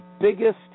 biggest